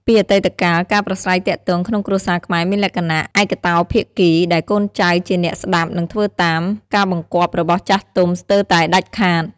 ពីអតីតកាល ការប្រាស្រ័យទាក់ទងក្នុងគ្រួសារខ្មែរមានលក្ខណៈ ឯកតោភាគី ដែលកូនចៅជាអ្នក ស្ដាប់ និងធ្វើតាម ការបង្គាប់របស់ចាស់ទុំស្ទើរតែដាច់ខាត។